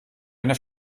eine